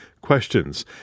questions